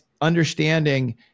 understanding